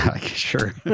Sure